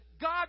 God